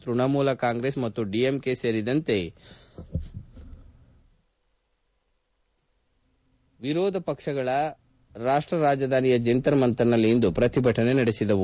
ತ್ವಣಮೂಲ ಕಾಂಗ್ರೆಸ್ ಮತ್ತು ಡಿಎಂಕೆ ಸೇರಿದಂತೆ ವಿರೋಧ ಪಕ್ಷಗಳು ರಾಷ್ಷ ರಾಜಧಾನಿಯ ಜಂತರ್ ಮಂತರ್ನಲ್ಲಿ ಇಂದು ಪ್ರತಿಭಟನೆ ನಡೆಸಿದವು